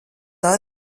vēl